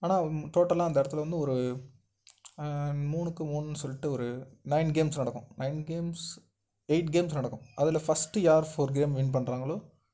ஆனா டோட்டலில் அந்த இடத்துல வந்து ஒரு மூணுக்கு மூணுன்னு சொல்லிட்டு ஒரு நைன் கேம்ஸ் நடக்கும் நைன் கேம்ஸ் எயிட் கேம்ஸ் நடக்கும் அதில் ஃபஸ்ட்டு யாரு ஃபோர் கேம் வின் பண்ணுறாங்களோ